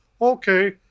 Okay